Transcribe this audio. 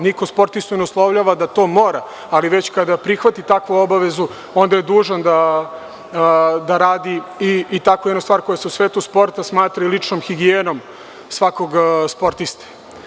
Niko sportistu ne uslovljava da mora, ali kada prihvati takvu obavezu onda je dužan da radi takvu jednu stvar koja se u svetu sporta ličnom higijenom svakog sportiste.